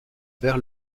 vers